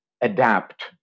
adapt